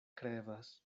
krevas